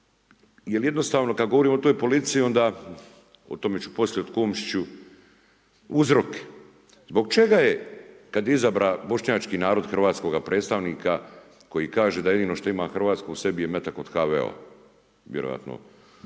jel jednostavno kad govorimo o toj politici, onda, o tome ću poslije o Komšiću, uzrok. Zbog čega je kad je izabran Bošnjački narod hrvatskoga predstavnika, koji kaže da jedino što ima hrvatskoga u sebi je metak od HVO-a. Vjerojatno